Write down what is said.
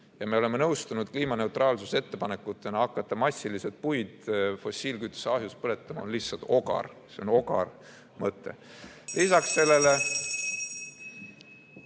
et me oleme nõustunud kliimaneutraalsuse ettepanekutega hakata massiliselt puitu fossiilkütuste ahjus põletama, lihtsalt ogar. See on ogar mõte. Lisaks sellele ...